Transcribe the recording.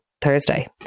Thursday